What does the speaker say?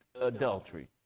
adultery